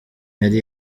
yari